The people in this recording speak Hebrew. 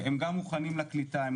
הם גם מוכנים לקליטה,